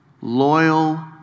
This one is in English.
loyal